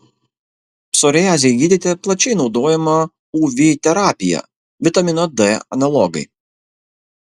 psoriazei gydyti plačiai naudojama uv terapija vitamino d analogai